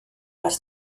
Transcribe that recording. las